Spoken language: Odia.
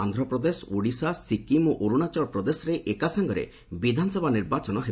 ଆନ୍ଧ୍ରପ୍ରଦେଶ ଓଡ଼ିଶା ସକ୍କିମ୍ ଓ ଅରୁଣାଚଳ ପ୍ରଦେଶରେ ଏକାସାଙ୍ଗରେ ବିଧାନସଭା ନିର୍ବାଚନ ହେବ